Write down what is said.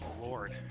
lord